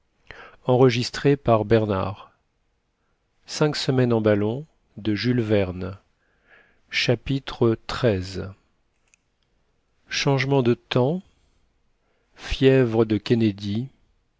docteur fergusson chapitre xiii changement de temps fièvre de kennedy